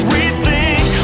Rethink